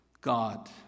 God